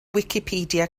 wicipedia